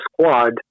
squad